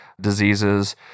diseases